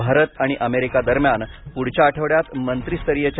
भारत आणि अमेरिका दरम्यान पुढच्या आठवड्यात मंत्रीस्तरीय चर्चा